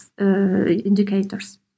indicators